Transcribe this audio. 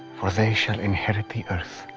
for they shall inherit the earth.